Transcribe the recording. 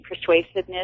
persuasiveness